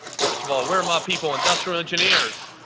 first of all, where my people, industrial engineers?